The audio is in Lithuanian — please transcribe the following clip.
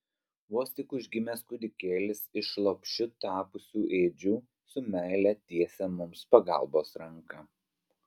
vos tik užgimęs kūdikėlis iš lopšiu tapusių ėdžių su meile tiesia mums pagalbos ranką